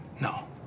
No